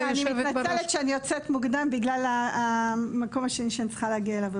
אני מתנצלת שאני יוצאת מוקדם בגלל המקום השני שאני צריכה להגיע אליו.